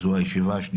זה דיון בנושא זה.